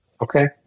Okay